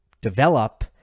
develop